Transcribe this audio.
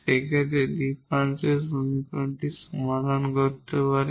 যেখানে আমরা এই ডিফারেনশিয়াল সমীকরণটি সমাধান করতে পারি